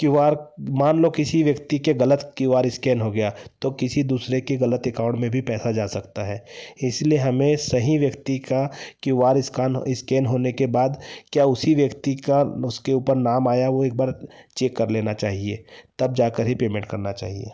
Q R मान लो किसी व्यक्ति के गलत क्यू आर स्कैन हो गया तो किसी दूसरे की गलत अकाउंट में भी पैसा जा सकता है इसलिए हमें सही व्यक्ति का क्यू आर स्कान स्कैन होने के बाद क्या उसी व्यक्ति का उसके ऊपर नाम आया वह एक बार चेक कर लेना चाहिए तब जाकर ही पेमेंट करना चाहिए